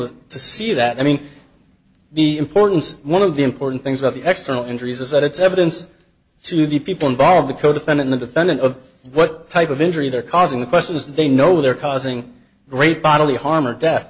to see that i mean the importance one of the important things about the extra injuries is that it's evidence to the people involved the codefendant the defendant of what type of injury they're causing the question is they know they're causing great bodily harm or de